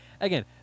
again